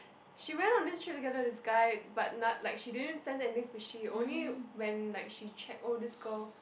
she went on this trip together with this guy but not like she didn't sense any fishy only when like she check all these girl